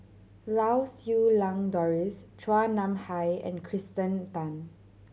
Lau Siew Lang Doris Chua Nam Hai and Kirsten Tan